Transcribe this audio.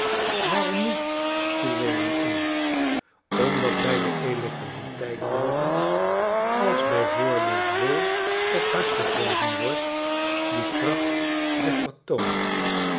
daarom niet viel lewin in omdat bij de electriciteit telkens als bij voorbeeld wol op hars gewreven wordt die kracht zich vertoont